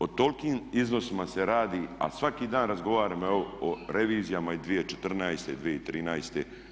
O tolikim iznosima se radi, a svaki dan razgovaramo evo o revizijama iz 2014., 2013.